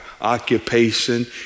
occupation